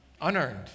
Unearned